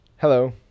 Hello